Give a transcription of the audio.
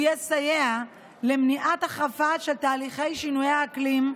הוא יסייע למניעת החרפה של תהליכי שינויי אקלים,